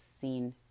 seen